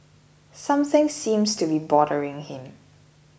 something seems to be bothering him